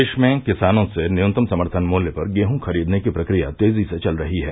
प्रदेश में किसानों से न्यूनतम समर्थन मूल्य पर गेहूँ खरीदने की प्रक्रिया तेजी से चल रही है